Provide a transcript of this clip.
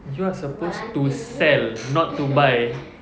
you're supposed to sell not to buy